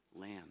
lamb